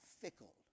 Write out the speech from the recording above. fickle